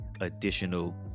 additional